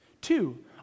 Two